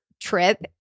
trip